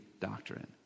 doctrine